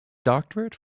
doctorate